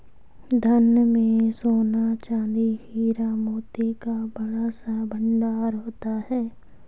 धन में सोना, चांदी, हीरा, मोती का बड़ा सा भंडार होता था